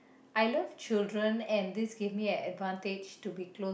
I love children and this give me an advantage to be close